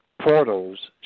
portals